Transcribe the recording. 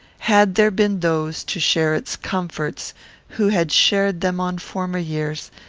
had there been those to share its comforts who had shared them on former years,